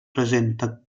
presenta